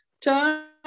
Time